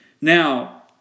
Now